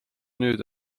nüüd